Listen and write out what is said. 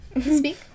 Speak